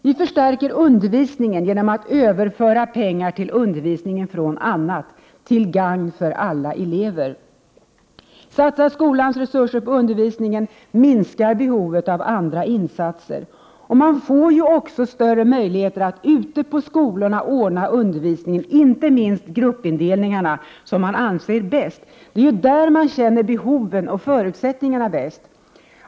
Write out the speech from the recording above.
Vi förstärker undervisningen genom att överföra pengar till undervisningen från annat, till gagn för alla elever. Genom att skolans resurser satsas på undervisningen, minskar behovet av andra insatser. Man får också större möjligheter ute på skolorna att ordna undervisningen — inte minst gruppindelningarna — som man anser bäst. Det är ju där man känner behoven och förutsättningarna bäst.